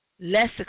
less